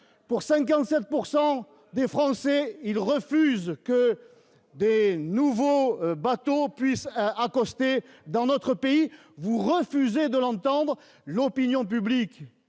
57 % des Français refusent que de nouveaux bateaux puissent accoster dans notre pays. Vous refusez de l'entendre ! L'opinion publique,